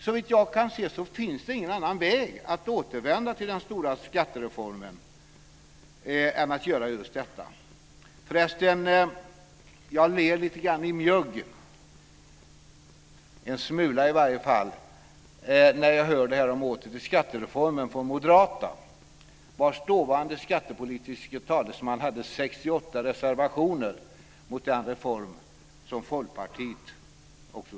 Såvitt jag kan se finns det ingen annan väg att återvända till den stora skattereformen än att göra just detta. Förresten, jag ler en smula i mjugg när jag hör detta med åter till skattereformen från moderaterna, vilkas dåvarande skattepolitiska talesman hade 68 Socialdemokraterna stod bakom.